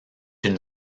une